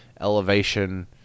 elevation